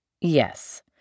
Yes